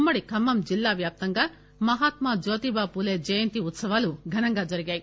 ఉమ్మడి ఖమ్మం జిల్లా వ్యాప్తంగా మహాత్మా జ్యోతిబా పూలే జయంతి ఉత్సవాలు ఘనంగా జరిగాయి